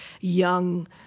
young